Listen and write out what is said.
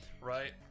Right